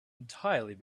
entirely